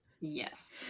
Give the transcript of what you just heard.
yes